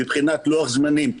מבחינת לוח זמנים,